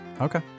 Okay